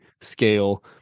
scale